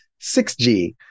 6G